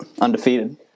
Undefeated